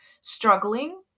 struggling